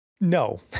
no